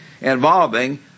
involving